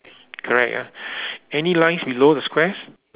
correct ah any lines below the squares